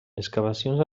excavacions